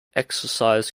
exercised